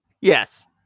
Yes